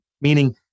meaning